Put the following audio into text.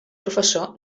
professor